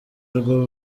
rw’u